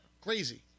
Crazy